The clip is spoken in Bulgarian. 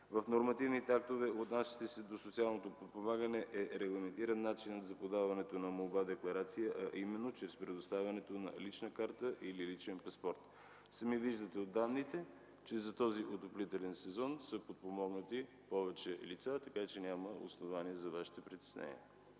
В нормативните актове, отнасящи се до социалното подпомагане е регламентиран начинът за подаването на молба-декларация, а именно чрез предоставянето на лична карта или личен паспорт. Сами виждате от данните, че за този отоплителен сезон са подпомогнати повече лица, така че няма основание за Вашите притеснения.